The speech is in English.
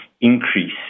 increase